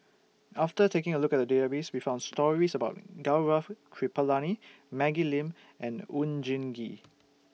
after taking A Look At The Database We found stories about Gaurav Kripalani Maggie Lim and Oon Jin Gee